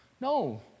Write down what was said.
no